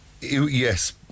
Yes